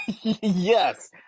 Yes